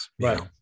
right